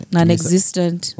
Non-existent